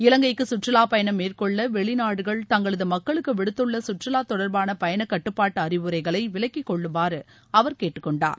இவங்கைக்கு கற்றுலாப் பயணம் மேற்கொள்ள வெளிநாடுகள் தங்களது மக்களுக்கு விடுத்துள்ள கற்றுலா தொடர்பான பயணக்கட்டுப்பாட்டு அறிவுரைகளை விலக்கி கொள்ளுமாறு அவர் கேட்டுக்கொண்டார்